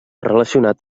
relacionat